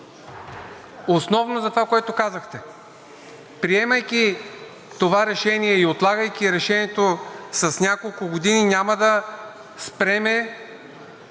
Основно за това, което казахте. Приемайки това Решение и отлагайки решението с няколко години, няма да спрем